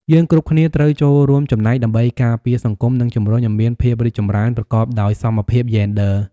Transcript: យើងគ្រប់គ្នាត្រូវចូលរួមចំណែកដើម្បីការពារសង្គម និងជំរុញឱ្យមានភាពរីកចម្រើនប្រកបដោយសមភាពយេនឌ័រ។